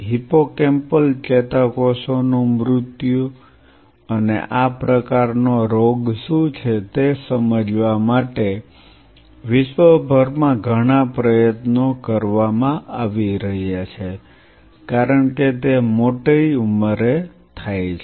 hippocampal ચેતાકોષોનું મૃત્યુ અને આ પ્રકારનો રોગ શું છે તે સમજવા માટે વિશ્વભરમાં ઘણા પ્રયત્નો કરવામાં આવી રહ્યા છે કારણ કે તે મોટી ઉંમરે થાય છે